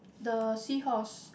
the seahorse